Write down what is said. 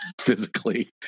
physically